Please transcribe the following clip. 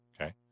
okay